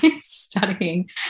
studying